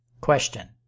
Question